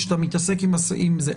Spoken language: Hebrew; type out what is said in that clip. כשאתה מתעסק עם זה,